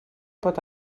pot